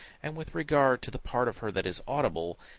and, with regard to the part of her that is audible,